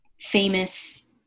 famous